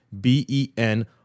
B-E-N